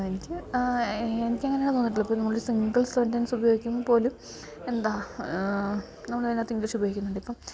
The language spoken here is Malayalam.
എനിക്ക് എനിക്ക് അങ്ങനെ ആണ് തോന്നീട്ടുള്ളു ഇപ്പം നമ്മൾ ഒരു സിങ്കിൾ സെൻറ്റെൻസുപയോഗിക്കുമ്പം പോലും എന്താ നമ്മൾ അതിനകത്ത് ഇംഗ്ലീഷുപയോഗിക്കുന്നുണ്ട് ഇപ്പം